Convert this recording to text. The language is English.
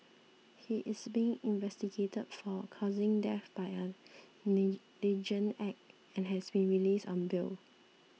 he is being investigated for causing death by a negligent act and has been released on bail